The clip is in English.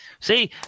See